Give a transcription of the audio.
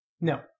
No